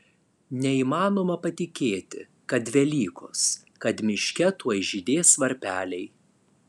neįmanoma patikėti kad velykos kad miške tuoj žydės varpeliai